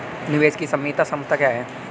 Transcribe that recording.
निवेश की सीमांत क्षमता क्या है?